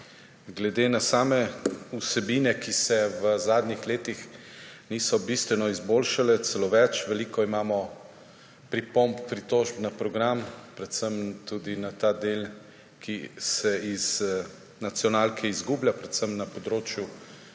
Glede na same vsebine, ki se v zadnjih letih niso bistveno izboljšale, celo več, veliko imamo pripomb, pritožb na program, predvsem tudi na ta del, ki se iz nacionalke izgublja, predvsem na področju